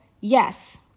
yes